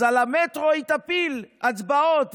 אז על המטרו היא תפיל הצבעות,